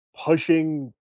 pushing